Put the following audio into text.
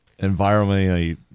environmentally